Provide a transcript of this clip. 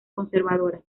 conservadoras